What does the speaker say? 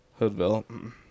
Hoodville